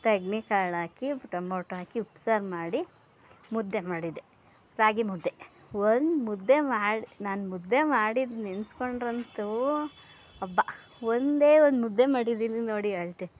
ತಗ್ನಿಕಾಳಾಕಿ tomato ಹಾಕಿ ಉಪ್ಸಾರು ಮಾಡಿ ಮುದ್ದೆ ಮಾಡಿದೆ ರಾಗಿಮುದ್ದೆ ಒಂದು ಮುದ್ದೆ ಮಾಡಿ ನಾನು ಮುದ್ದೆ ಮಾಡಿದ ನೆನೆಸ್ಕೊಂಡ್ರಂತೂ ಹಬ್ಬ ಒಂದೇ ಒಂದು ಮುದ್ದೆ ಮಾಡಿದ್ದೀನಿ ನೋಡಿ ಅಳತೆ